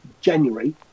January